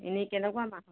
এনেই কেনেকুৱা